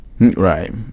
right